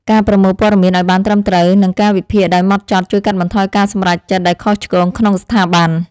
ការប្រមូលព័ត៌មានឱ្យបានត្រឹមត្រូវ និងការវិភាគដោយហ្មត់ចត់ជួយកាត់បន្ថយការសម្រេចចិត្តដែលខុសឆ្គងក្នុងស្ថាប័ន។